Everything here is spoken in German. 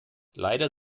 leider